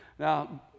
Now